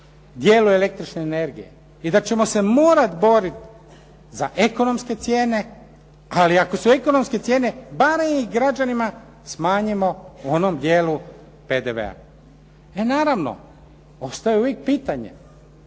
dijelu električne energije i da ćemo se morati boriti za ekonomske cijene. Ali ako su ekonomske cijene barem i građanima smanjimo u onom dijelu PDV-a. E naravno, ostaje uvijek pitanje